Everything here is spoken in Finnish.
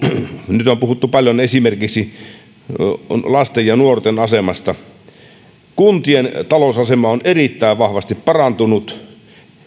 nyt on puhuttu paljon esimerkiksi lasten ja nuorten asemasta on kuntien talousasemassa joka on erittäin vahvasti parantunut